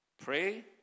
Pray